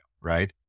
right